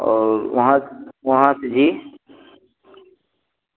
और वहाँ वहाँ से जी